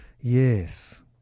Yes